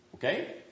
Okay